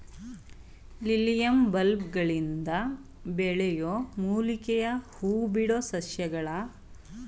lilium ಬಲ್ಬ್ಗಳಿಂದ ಬೆಳೆಯೋ ಮೂಲಿಕೆಯ ಹೂಬಿಡೋ ಸಸ್ಯಗಳ ಒಂದು ಕುಲವಾಗಿದೆ